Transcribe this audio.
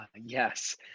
Yes